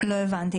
לא הבנתי.